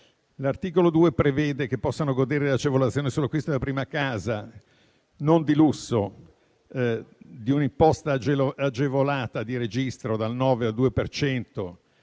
L'articolo 2 prevede che possano godere dell'agevolazione sull'acquisto della prima casa non di lusso, con un'imposta agevolata di registro dal 9 per